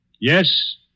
Yes